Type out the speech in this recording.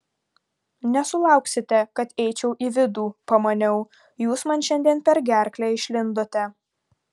nesulauksite kad eičiau į vidų pamaniau jūs man šiandien per gerklę išlindote